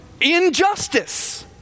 injustice